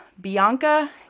Bianca